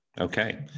Okay